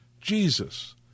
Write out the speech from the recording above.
Jesus